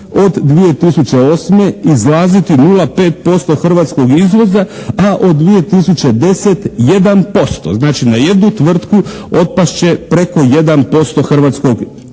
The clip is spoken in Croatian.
od 2008. izlaziti 0,5% hrvatskog izvoza, a od 2010. 1%. Znači na jednu tvrtku otpast će preko 1% hrvatskog izvoza.